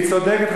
היא צודקת,